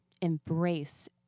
embrace